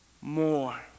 more